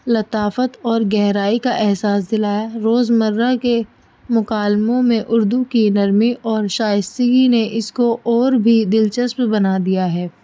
لطافت اور گہرائی کا احساس دلایا روز مرہ کے مکالموں میں اردو کی نرمی اور شائستگی نے اس کو اور بھی دلچسپ بنا دیا ہے